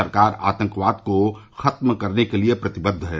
सरकार आतंकवाद को खत्म करने के लिए प्रतिबद्द है